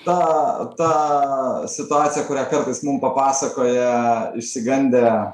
tą tą situaciją kurią kartais mum papasakoja išsigandę